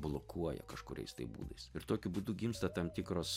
blokuoja kažkuriais tai būdais ir tokiu būdu gimsta tam tikros